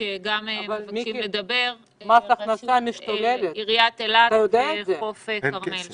שמבקשים לדבר, עיריית אילת וחוף כרמל.